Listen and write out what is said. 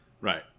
Right